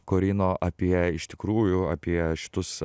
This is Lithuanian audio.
korino apie iš tikrųjų apie šitus